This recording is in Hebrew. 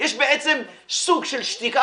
יש בעצם סוג של שתיקה,